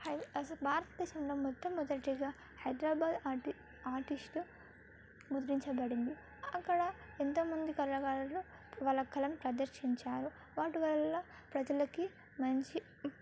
అసలు భారతదేశంలో మొట్ట మొదటిగా హైదరాబాద్ ఆర్టిస్టు ముద్రించబడింది అక్కడ ఎంతమంది కళాకారులు వాళ్ళ కళను ప్రదర్శించారు వాటి వల్ల ప్రజలకి మంచి